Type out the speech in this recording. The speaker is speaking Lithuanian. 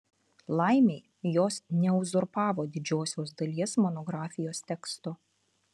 laimei jos neuzurpavo didžiosios dalies monografijos teksto